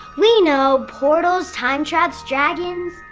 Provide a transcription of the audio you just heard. we know portals, time traps. dragons.